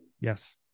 yes